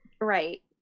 Right